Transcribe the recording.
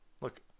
Look